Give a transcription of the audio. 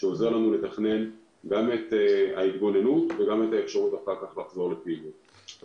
שעוזר לנו לתכנן גם את ההתגוננות וגם את האפשרות לחזור אחר